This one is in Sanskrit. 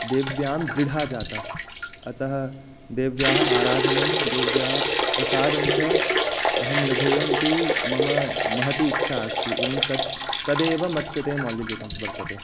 देव्यां दृढा जाता अतः देव्याः आराधनं देव्याः प्रसादञ्च अहं लभेयम् इति मम महती इच्छा अस्ति एवं तत् तदेव मत्कृते मौल्ययुतं वर्तते